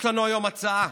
יש לנו היום הצעה